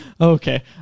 Okay